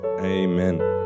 Amen